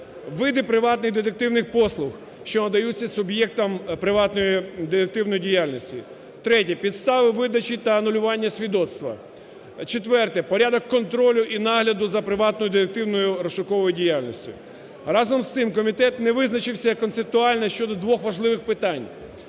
Види приватних детективних послуг, що надаються суб'єктам приватної детективної діяльності. Третє. Підстави видачі та анулювання свідоцтва. Четверте. Порядок контролю і нагляду за приватною детективною розшуковою діяльністю. Разом з тим, комітет не визначився концептуально щодо двох важливих питань.